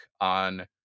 on